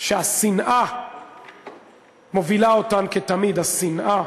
שהשנאה מובילה אותן, כתמיד, השנאה,